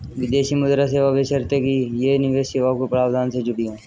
विदेशी मुद्रा सेवा बशर्ते कि ये निवेश सेवाओं के प्रावधान से जुड़ी हों